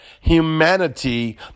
humanity